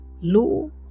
low